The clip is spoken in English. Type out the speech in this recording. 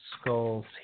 skulls